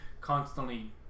constantly